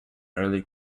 early